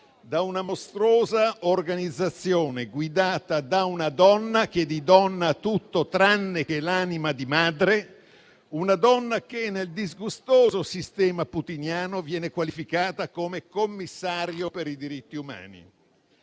da una mostruosa organizzazione guidata da una donna, che di donna ha tutto tranne che l'anima di madre. Una donna che nel disgustoso sistema putiniano viene qualificata come commissario per i diritti umani.